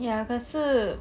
ya 可是